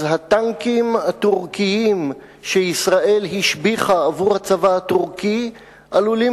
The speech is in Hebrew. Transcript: הטנקים הטורקיים שישראל השביחה עבור הצבא הטורקי עלולים